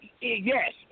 Yes